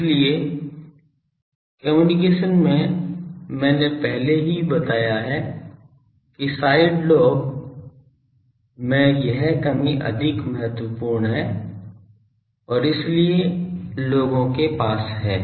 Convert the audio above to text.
इसलिए कम्युनिकेशन में मैंने पहले ही बताया है कि साइड लोब यह कमी अधिक महत्वपूर्ण है और इसलिए लोगों के पास है